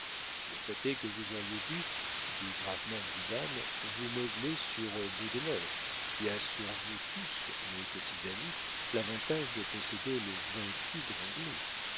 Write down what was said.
le fait est que vous auriez dû dit gravement le vidame vous modeler sur beaudenord qui a sur vous tous mes petits amis l'avantage de posséder le vrai tigre anglais